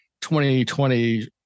2020